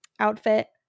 outfit